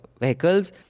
vehicles